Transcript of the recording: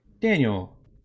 Daniel